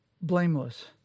blameless